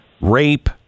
rape